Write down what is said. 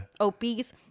obese